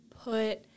put